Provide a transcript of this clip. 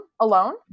alone